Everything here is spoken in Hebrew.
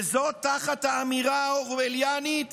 וזאת תחת האמירה האורווליאנית